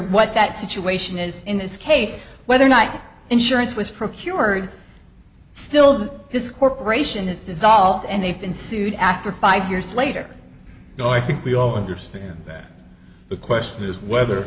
what that situation is in this case whether or not insurance was procured still this corporation is dissolved and they've been sued after five years later you know i think we all understand that the question is whether